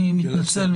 אני מתנצל.